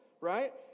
right